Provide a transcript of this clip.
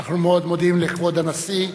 אנחנו מאוד מודים לכבוד הנשיא.